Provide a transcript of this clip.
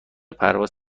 پرواز